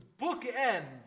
bookend